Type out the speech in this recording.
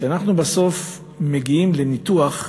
כשאנחנו בסוף מגיעים לניתוח,